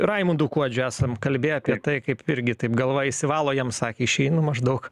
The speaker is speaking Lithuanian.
raimundu kuodžiu esam kalbėję apie tai kaip irgi taip galva išsivalo jam sakė išeinu maždaug